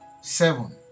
seven